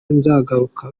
nzagaruka